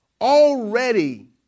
Already